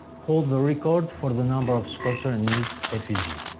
holds the record for the number of sculptures in his effigy,